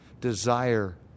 desire